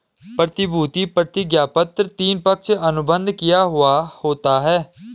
प्रतिभूति प्रतिज्ञापत्र तीन, पक्ष अनुबंध किया हुवा होता है